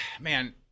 man